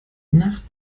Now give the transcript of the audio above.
nach